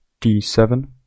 d7